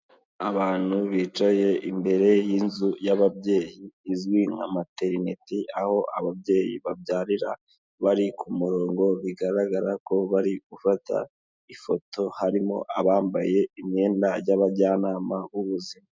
Abantu bicaye imbere y'inzu y'ababyeyi izwi nka materineti aho ababyeyi babyarira bari ku murongo, bigaragara ko bari gufata ifoto, harimo abambaye imyenda y'abajyanama b'ubuzima.